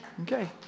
Okay